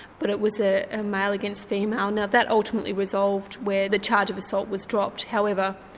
but it was a ah male against female. now that ultimately resolved where the charge of assault was dropped. however,